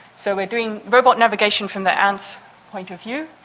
so we're doing robot navigation from the ants' point of view.